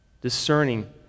discerning